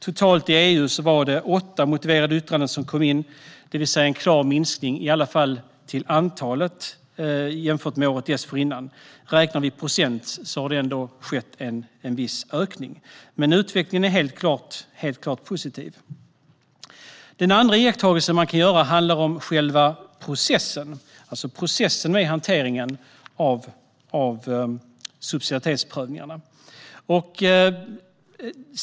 Totalt i EU var det åtta motiverade yttranden som kom in, det vill säga en klar minskning, i alla fall till antalet, jämfört med året dessförinnan. I procent räknat har det skett en viss ökning. Men utvecklingen är helt klart positiv. Den andra iakttagelsen handlar om själva processen vid hanteringen av subsidiaritetsprövningarna.